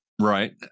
Right